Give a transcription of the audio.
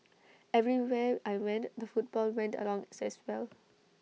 everywhere I went the football went along as well